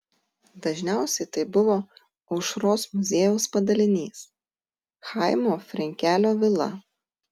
dažniausiai tai buvo aušros muziejaus padalinys chaimo frenkelio vila